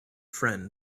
friend